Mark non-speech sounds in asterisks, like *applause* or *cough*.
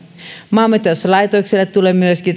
maanmittauslaitokselle tulee myöskin *unintelligible*